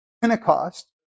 Pentecost